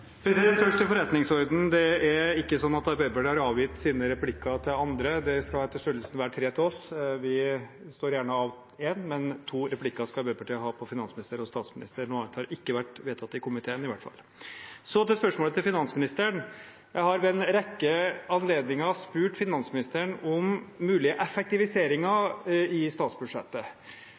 President, først til forretningsordenen. Det er ikke slik at Arbeiderpartiet har avgitt sine replikker til andre, det skal etter størrelsen være tre til oss. Vi avstår gjerne en, men to replikker skal Arbeiderpartiet ha til finansminister og statsminister. Noe annet har i hvert fall ikke vært vedtatt i komiteen. Så til spørsmålet til finansministeren: Jeg har ved en rekke anledninger spurt finansministeren om mulige effektiviseringer i statsbudsjettet.